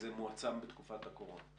מועצם בתקופת הקורונה.